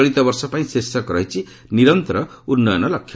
ଚଳିତ ବର୍ଷପାଇଁ ଶୀର୍ଷକ ରହିଛି ନିରନ୍ତର ଉନ୍ନୟନ ଲକ୍ଷ୍ୟ